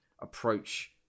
approach